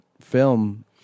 film